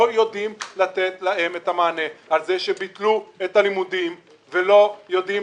לא יודעים לתת להם את המענה על כך שביטלו את הלימודים ולא יודעים